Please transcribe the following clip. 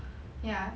ya